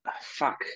fuck